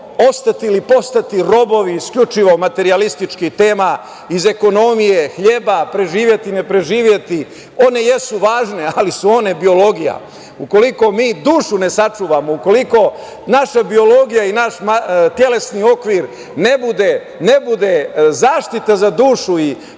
ostati ili postati robovi isključivo materijalističkih tema iz ekonomije, hleba, preživeti, ne preživeti, one jesu važne, ali su one biologija. Ukoliko mi dušu ne sačuvamo, ukoliko naša biologija i naš telesni okvir ne bude zaštita za dušu i prijatno